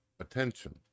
attention